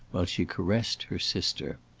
while she caressed her sister.